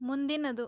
ಮುಂದಿನದು